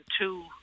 two